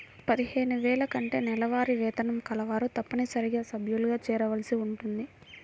పదిహేను వేల కంటే నెలవారీ వేతనం కలవారు తప్పనిసరిగా సభ్యులుగా చేరవలసి ఉంటుంది